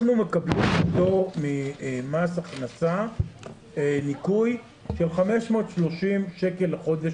מקבלים פטור ממס הכנסה ניכוי של 530 שקל לחודש